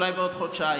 אולי בעוד חודשיים,